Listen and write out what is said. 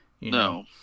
No